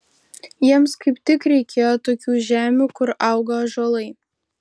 jiems kaip tik reikėjo tokių žemių kur auga ąžuolai